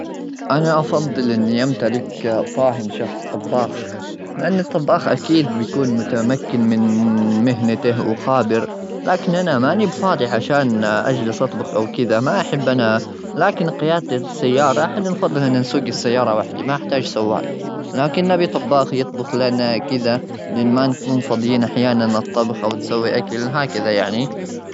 أنا أفضل إني أمتلك طاهن شخص طباخ، لأن الطباخ أكيد بيكون متمكن من مهنته وخابر. لكن أنا ماني بفاضي؛ عشان أجلس أطبخ أو كذا، ما أحب أنا. لكن قيادتي للسيارة، إحنا نفضل إنا نسوق السيارة وحدي، ما أحتاج سواق. لكن أبي طباخ يطبخ لنا كذا، من ما نكون فاضيين أحيانا. الطبخ أو نسوي أكل هكذا يعني.